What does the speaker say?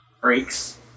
Breaks